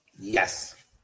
Yes